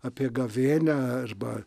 apie gavėnią arba